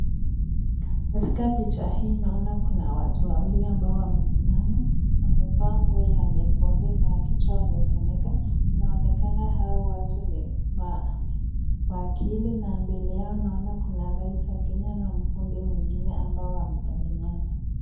Katika picha hii naona kuna watu wawili ambao wamesimama, wamevaa nguo ya nyekundu na kichwa wamefunika, inaonekana hawa watu ni mawakili na mbele yao naona kuna rais wa Kenya na mfuzi mwingine ambao wamesalimiana.